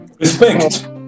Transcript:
Respect